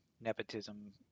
nepotism